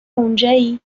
اونجایی